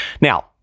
Now